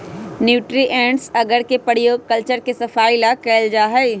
nutrients अगर के प्रयोग कल्चर के सफाई ला कइल जाहई